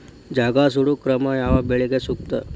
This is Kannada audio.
ಜಗಾ ಸುಡು ಕ್ರಮ ಯಾವ ಬೆಳಿಗೆ ಸೂಕ್ತ?